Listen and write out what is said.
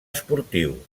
esportiu